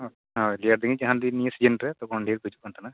ᱦᱚᱸ ᱦᱳᱭ ᱨᱮᱭᱟᱲ ᱫᱤᱱ ᱡᱟᱦᱟᱸ ᱫᱤᱱ ᱱᱤᱭᱟᱹ ᱥᱤᱡᱮᱱ ᱨᱮ ᱛᱚᱠᱷᱚᱱ ᱰᱷᱮᱨ ᱠᱚ ᱦᱤᱡᱩᱜ ᱠᱟᱱ ᱛᱟᱦᱮᱸᱠᱟᱱᱟ